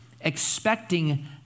expecting